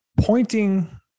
pointing